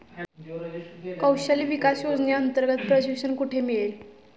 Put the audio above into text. कौशल्य विकास योजनेअंतर्गत प्रशिक्षण कुठे मिळेल?